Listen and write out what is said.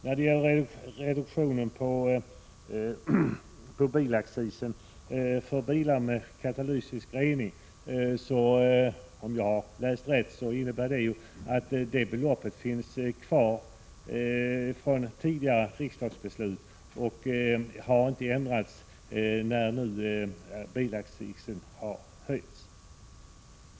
När det gäller reduktion av bilaccisen för bilar med katalytisk avgasrening innebär förslaget, om jag har läst rätt, att det ifrågavarande beloppet finns kvar från tidigare riksdagsbeslut och att det inte har ändrats när nu bilaccisen höjs.